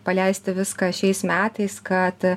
paleisti viską šiais metais kad